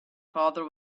father